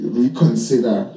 reconsider